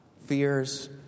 fears